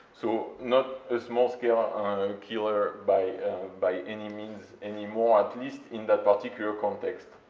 so not a small-scale killer, by by any means, anymore, at least in that particular context.